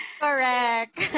Correct